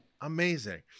Amazing